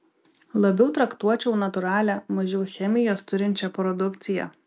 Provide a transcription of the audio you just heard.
labiau traktuočiau natūralią mažiau chemijos turinčią produkciją